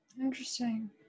interesting